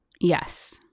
Yes